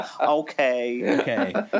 Okay